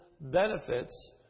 benefits